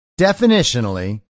definitionally